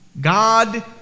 God